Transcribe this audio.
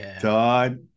Todd